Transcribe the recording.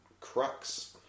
crux